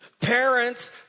Parents